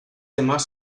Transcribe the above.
demás